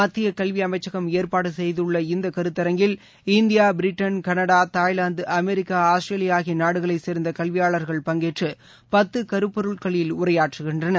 மத்திய கல்வியமைச்சகம் ஏற்பாடு செய்துள்ள இந்தக் கருத்தரங்கில் India Britain Canada Thailand America Australia ஆகிய நாடுகளைச் சேர்ந்த கல்வியாளர்கள் பங்கேற்ற பத்து கருப்பொருள்களில் உரையாற்றுகின்றனர்